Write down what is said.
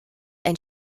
ein